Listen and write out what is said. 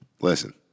listen